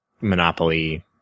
monopoly